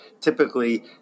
typically